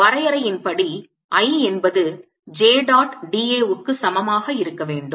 வரையறையின்படி I என்பது j dot da வுக்கு சமமாக இருக்க வேண்டும்